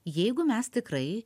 jeigu mes tikrai